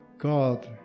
God